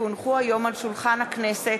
כי הונחו היום על שולחן הכנסת,